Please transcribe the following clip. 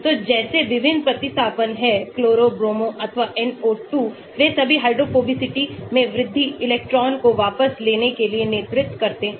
तो जैसे विभिन्न प्रतिस्थापन है chloro bromo अथवा NO2 वे सभी हाइड्रोफोबिसिटी में वृद्धि इलेक्ट्रॉन को वापस लेने के लिए नेतृत्व करते हैं